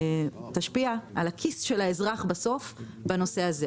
תשפיע בסוף על הכיס של האזרח בנושא הזה?